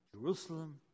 Jerusalem